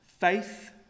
faith